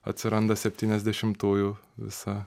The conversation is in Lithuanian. atsiranda septyniasdešimtųjų visa